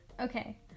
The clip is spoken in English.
Okay